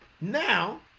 Now